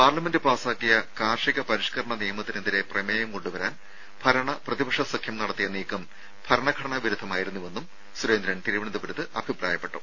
parliament പാസ്സാക്കിയ കാർഷിക പരിഷ്കരണ നിയമത്തിനെതിരെ പ്രമേയം കൊണ്ടുവരാൻ ഭരണ പ്രതിപക്ഷ സഖ്യം നടത്തിയ നീക്കം ഭരണഘടനാ വിരുദ്ധമായിരുന്നുവെന്നും സുരേന്ദ്രൻ തിരുവനന്തപുരത്ത് അഭിപ്രായപ്പെട്ടു